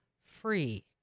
free